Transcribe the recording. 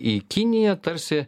į kiniją tarsi